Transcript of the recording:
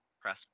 press